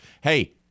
Hey